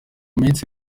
minsi